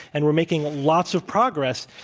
and we're making lots of progress.